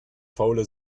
faule